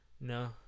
No